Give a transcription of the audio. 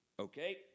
Okay